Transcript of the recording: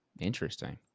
Interesting